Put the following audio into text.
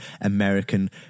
American